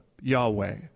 Yahweh